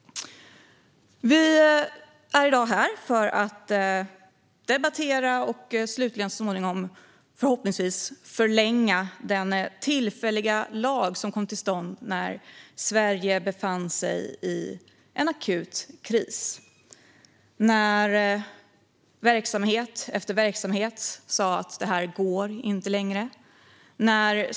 Vi är i dag här för att debattera och slutligen förhoppningsvis förlänga den tillfälliga lag som kom till stånd när Sverige befann sig i en akut kris. Det var en tid när verksamhet efter verksamhet sa: "Det här går inte längre."